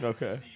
Okay